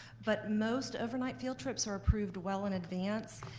but most overnight field trips are approved well in advance.